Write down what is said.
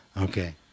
Okay